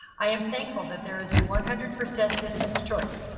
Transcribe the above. i am thankful that there is a one hundred percent distance choice.